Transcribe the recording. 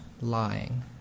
lying